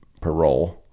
Parole